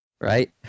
right